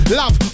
love